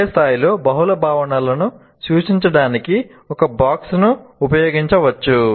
ఒకే స్థాయిలో బహుళ భావనలను సూచించడానికి ఒక బాక్స్ ను ఉపయోగించవచ్చు